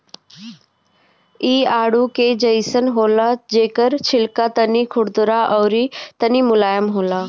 इ आडू के जइसन होला जेकर छिलका तनी खुरदुरा अउरी तनी मुलायम होला